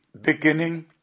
beginning